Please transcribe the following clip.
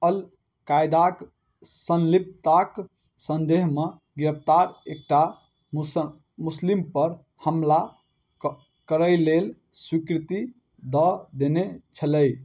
अलकायदाके सँलिप्तताके सन्देहमे गिरफ्तार एकटा मुसलमा मुसलिमपर हमला करै लेल स्वीकृति दऽ देने छलै